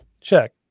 Check